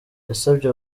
yasabye